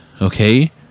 Okay